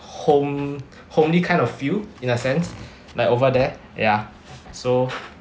home~ homely kind of feel in a sense like over there ya so